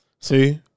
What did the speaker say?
See